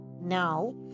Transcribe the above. Now